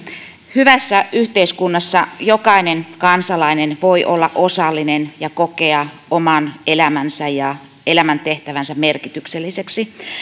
hyvässä yhteiskunnassa jokainen kansalainen voi olla osallinen ja kokea oman elämänsä ja elämäntehtävänsä merkitykselliseksi